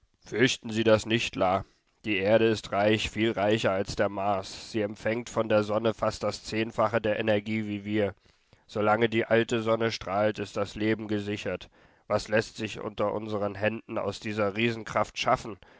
fürchten sie das nicht la die erde ist reich viel reicher als der mars sie empfängt von der sonne fast das zehnfache der energie wie wir so lange die alte sonne strahlt ist das leben gesichert was läßt sich unter unseren händen aus dieser riesenkraft schaffen